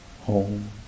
home